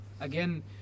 again